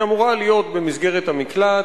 היא אמורה להיות במסגרת המקלט,